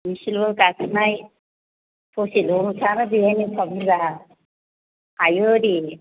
एसेल' गाखोनाय ससेल'खा बेनो एफा बुरजा हायो दे